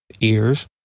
ears